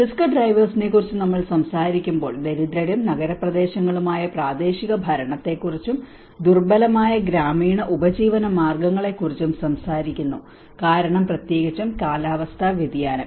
risk ഡ്രൈവേഴ്സിനെക്കുറിച്ചു നമ്മൾ സംസാരിക്കുമ്പോൾ ദരിദ്രരും നഗരപ്രദേശങ്ങളുമായ പ്രാദേശിക ഭരണത്തെക്കുറിച്ചും ദുർബലമായ ഗ്രാമീണ ഉപജീവന മാർഗങ്ങളെക്കുറിച്ചും സംസാരിക്കുന്നു കാരണം പ്രത്യേകിച്ചും കാലാവസ്ഥാ വ്യതിയാനം